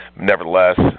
Nevertheless